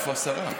איפה השרה?